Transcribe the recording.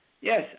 Yes